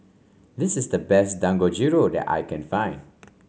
this is the best Dangojiru that I can find